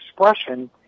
expression